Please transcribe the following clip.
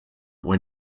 when